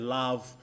love